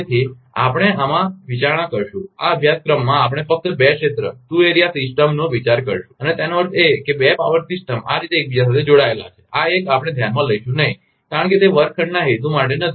તેથી આપણે આમાં વિચારણા કરીશું આ અભ્યાસક્રમમાં આપણે ફક્ત બે ક્ષેત્ર સિસ્ટમનો વિચાર કરીશું અને એનો અર્થ એ કે બે પાવર સિસ્ટમ આ રીતે એકબીજા સાથે જોડાયેલ છે આ એક આપણે ધ્યાનમાં લઈશું નહીં કારણ કે તે વર્ગખંડના હેતુ માટે નથી